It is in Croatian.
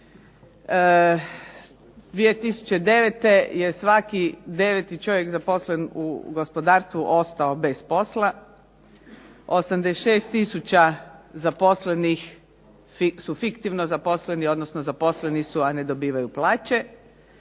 2009. je svaki 9. čovjek zaposlen u gospodarstvu ostao bez posla, 86 tisuća su fiktivno zaposleni, odnosno zaposleni su a ne dobivaju plaće,